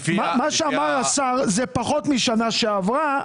מה שאמר השר זה פחות מהשנה שעברה,